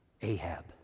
Ahab